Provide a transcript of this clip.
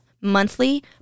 monthly